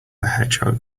hedgehog